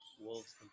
Wolves